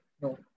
No